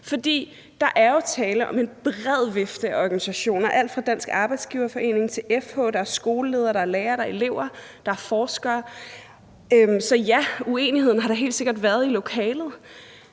der er jo tale om en bred vifte af organisationer fra Dansk Arbejdsgiverforening til FH, og der er skoleledere, der er lærere, der er elever, og der er forskere. Så der har helt sikkert været uenighed